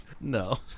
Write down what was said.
No